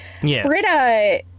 Britta